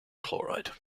chloride